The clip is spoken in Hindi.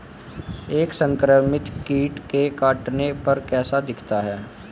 एक संक्रमित कीट के काटने पर कैसा दिखता है?